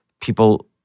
people